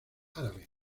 árabe